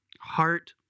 heart